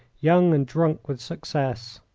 young, and drunk with success!